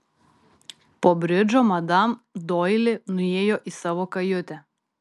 po bridžo madam doili nuėjo į savo kajutę